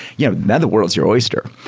you know now the world is your oyster.